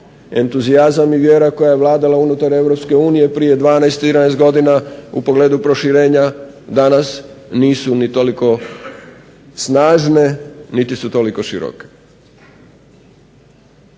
entuzijazam i vjera koja je vladala unutar EU prije 12, 13 godina u pogledu proširenja danas nisu ni toliko snažne niti su toliko široke.